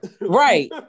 right